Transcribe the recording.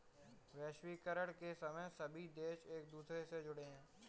वैश्वीकरण के समय में सभी देश एक दूसरे से जुड़े है